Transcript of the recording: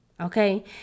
Okay